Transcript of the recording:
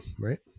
right